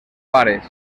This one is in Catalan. pares